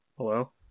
Hello